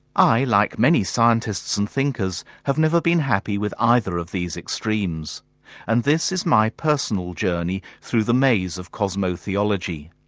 i, like many scientists and thinkers, have never been happy with either of these extremes and this is my personal journey through the maze of cosmotheology,